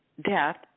death